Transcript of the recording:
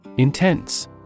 Intense